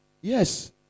Yes